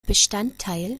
bestandteil